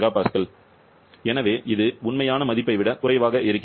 471 MPa எனவே இது உண்மையான மதிப்பை விட குறைவாக வருகிறது